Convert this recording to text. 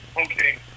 okay